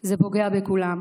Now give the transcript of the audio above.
זה פוגע בכולם.